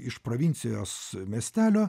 iš provincijos miestelio